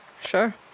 Sure